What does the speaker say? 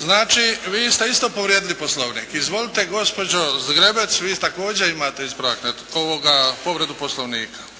Znači, vi ste isto povrijedili poslovnik. Izvolite, gospođo Zgrebec. Vi također imate povredu poslovnika.